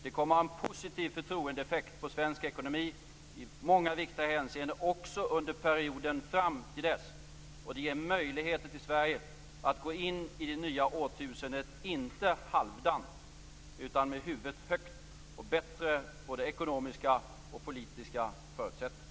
Det kommer att ha en positiv förtroendeeffekt på svensk ekonomi i många viktiga hänseenden också under perioden fram till dess. Det ger möjligheter för Sverige att gå in i det nya årtusendet, inte halvdant utan med huvudet högt, och med bättre både ekonomiska och politiska förutsättningar.